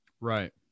Right